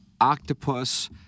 octopus